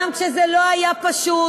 גם כשזה לא היה פשוט